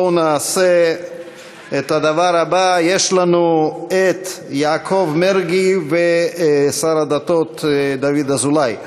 בואו ונעשה את הדבר הבא: יש לנו יעקב מרגי ואת השר דוד אזולאי.